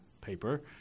paper